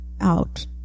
out